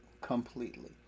completely